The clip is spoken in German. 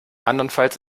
andernfalls